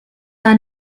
are